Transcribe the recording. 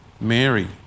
Mary